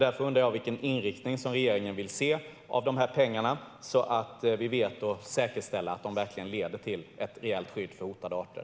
Därför undrar jag vilken inriktning regeringen vill se för de pengarna, så att vi kan säkerställa att de verkligen leder till ett rejält skydd för hotade arter.